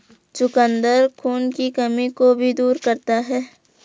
चुकंदर खून की कमी को भी दूर करता है